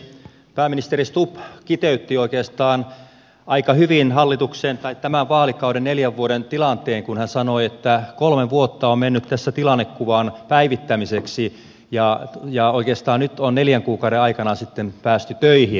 pääministeri stubb kiteytti oikeastaan aika hyvin tämän vaalikauden neljän vuoden tilanteen kun hän sanoi että kolme vuotta on mennyt tässä tilannekuvan päivittämiseksi ja oikeastaan nyt on neljän kuukauden aikana sitten päästy töihin